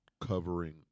covering